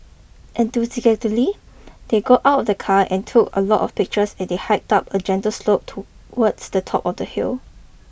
enthusiastically they got out the car and took a lot of pictures as they hiked up a gentle slope towards the top of the hill